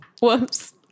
whoops